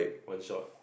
one shot